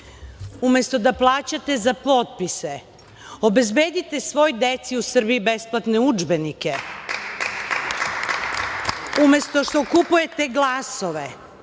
Umesto da plaćate za potpise, obezbedite svoj deci u Srbiji besplatne udžbenike. Umesto što kupujete glasove,